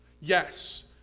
Yes